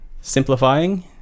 simplifying